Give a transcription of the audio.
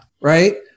Right